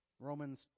Romans